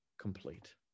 complete